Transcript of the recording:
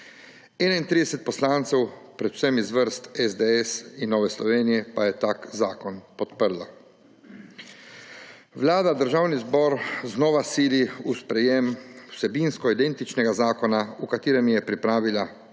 31 poslancev, predvsem iz vrst SDS in Nove Slovenije, pa je ta zakon podprlo. Vlada Državni zbor znova sili v sprejetje vsebinsko identičnega zakona, v katerem je popravila pike